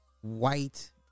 white